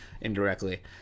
indirectly